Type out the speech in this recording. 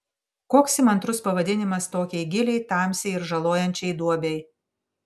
koks įmantrus pavadinimas tokiai giliai tamsiai ir žalojančiai duobei